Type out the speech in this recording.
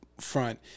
front